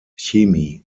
chemie